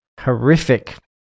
horrific